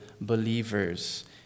believers